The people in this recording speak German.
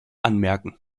anmerken